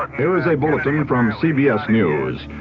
there is a bulletin from cbs news.